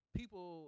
people